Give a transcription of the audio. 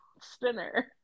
Spinner